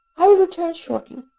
i will return shortly.